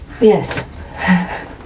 Yes